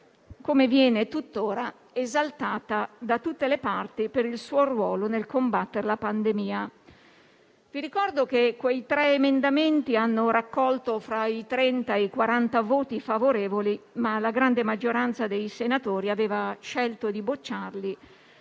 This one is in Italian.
come viene tutt'ora, esaltata da tutte le parti per il suo ruolo nel combattere la pandemia. Vi ricordo che quei tre emendamenti hanno raccolto fra i 30 e i 40 voti favorevoli, ma la grande maggioranza dei senatori aveva scelto di bocciarli,